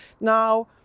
now